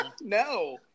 No